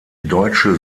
deutsche